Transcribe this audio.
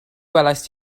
welaist